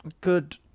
good